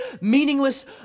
meaningless